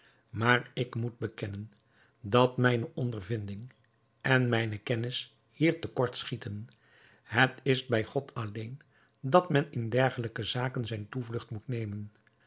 maar ik moet bekennen dat mijne ondervinding en mijne kennis hier te kort schieten het is bij god alleen dat men in dergelijke zaken zijne toevlugt moet nemen